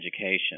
education